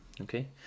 okay